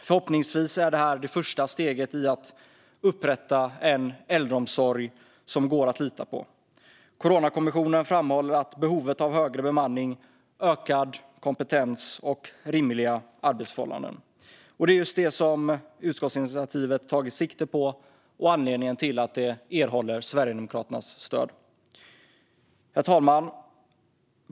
Förhoppningsvis är detta det första steget i att upprätta en äldreomsorg som det går att lita på. Coronakommissionen framhåller behovet av högre bemanning, ökad kompetens och rimliga arbetsförhållanden. Det är just det som utskottsinitiativet har tagit sikte på och anledningen till att det erhåller Sverigedemokraternas stöd. Herr talman!